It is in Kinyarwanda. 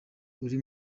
uri